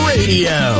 Radio